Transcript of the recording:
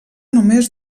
només